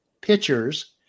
pitchers